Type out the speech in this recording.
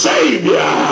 Savior